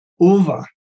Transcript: over